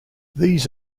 these